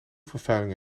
vervuiling